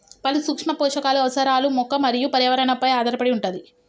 పలు సూక్ష్మ పోషకాలు అవసరాలు మొక్క మరియు పర్యావరణ పై ఆధారపడి వుంటది